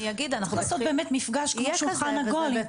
צריך לעשות כזה מפגש כמו שולחן עגול.